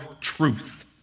truth